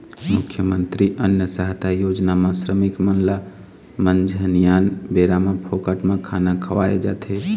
मुख्यमंतरी अन्न सहायता योजना म श्रमिक मन ल मंझनिया बेरा म फोकट म खाना खवाए जाथे